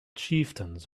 chieftains